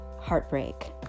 heartbreak